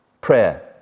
Prayer